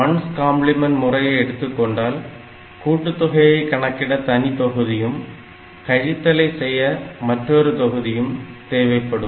1's complement 1s complement முறையை எடுத்துக் கொண்டால் கூட்டுத் தொகையைக் கணக்கிட தனி தொகுதியும் கழித்தலை செய்ய மற்றொரு தொகுதியும் தேவைப்படும்